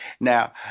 Now